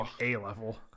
A-level